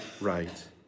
right